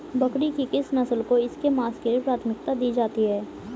बकरी की किस नस्ल को इसके मांस के लिए प्राथमिकता दी जाती है?